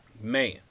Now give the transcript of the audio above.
Man